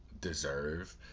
deserve